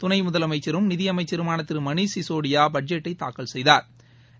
துணைமுதலமைச்சரும் நிதிஅமைச்சருமானதிருமணிஷ் சிசோடியாபட்ஜெட்டைதாக்கல் செய்தாா்